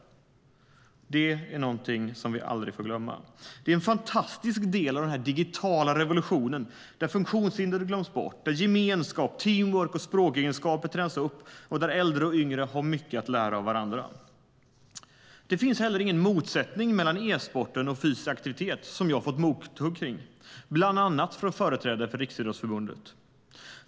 Det är någonting som vi aldrig får glömma. Det är en fantastisk del av den digitala revolutionen där funktionshinder glöms bort, där gemenskap, teamwork och språkegenskaper tränas upp och där äldre och yngre har mycket att lära av varandra. Det finns inte heller någon motsättning mellan e-sporten och fysisk aktivitet, vilket jag fått mothugg för bland annat från företrädare för Riksidrottsförbundet.